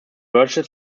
verse